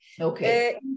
Okay